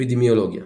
אפידמיולוגיה